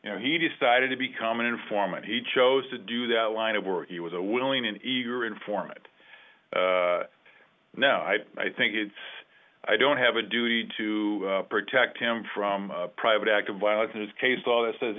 you know he decided to become an informant he chose to do that line of work he was a willing and eager informant no i think it's i don't have a duty to protect him from private act of violence in this case law that says